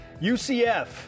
UCF